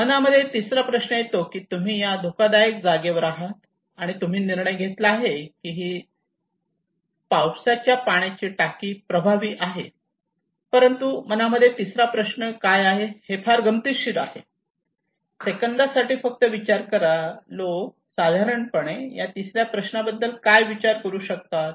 मनामध्ये तिसरा प्रश्न येतो की तुम्ही या धोकादायक जागेवर आहात आणि तुम्ही निर्णय घेतला आहे की ही पावसाच्या पाण्याची टाकी प्रभावी आहे परंतु मनामध्ये तिसरा प्रश्न काय आहे हे फार गमतीशीर आहे सेकंदासाठी फक्त विचार करा लोकं साधारणपणे या तिसऱ्या प्रश्नाबद्दल काय विचार करू शकतात